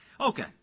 Okay